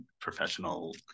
professional